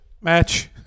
Match